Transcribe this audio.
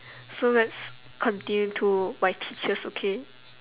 so let's continue to my teachers okay